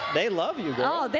they love you. they